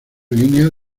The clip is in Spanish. línea